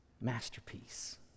masterpiece